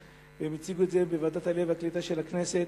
והם הציגו את זה בוועדת העלייה והקליטה של הכנסת,